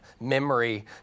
memory